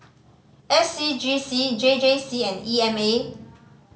S C G C J J C and E M A